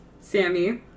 Sammy